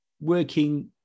working